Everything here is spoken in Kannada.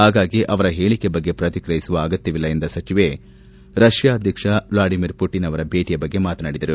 ಹಾಗಾಗಿ ಅವರ ಹೇಳಿಕೆ ಬಗ್ಗೆ ಪ್ರತಿಕ್ರಿಯಿಸುವ ಅಗತ್ತವಿಲ್ಲ ಎಂದ ಸಚಿವೆ ರಷ್ಯಾ ಅಧ್ಯಕ್ಷ ವ್ಲಾಡಿಮಿರ್ ಪುಟಿನ್ ಅವರ ಭೇಟಿಯ ಬಗ್ಗೆ ಮಾತನಾಡಿದರು